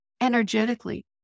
energetically